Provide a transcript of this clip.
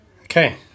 Okay